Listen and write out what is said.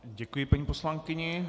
Děkuji paní poslankyni.